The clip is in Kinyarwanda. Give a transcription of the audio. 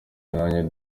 nanjye